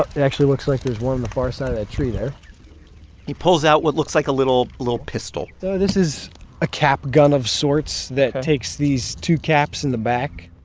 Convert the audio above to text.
it actually looks like there's one in the far side of that tree there he pulls out what looks like a little little pistol so this is a cap gun of sorts that takes these two caps in the back